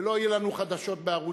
ולא יהיו לנו חדשות בערוץ-10.